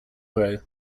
grow